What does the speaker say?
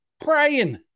praying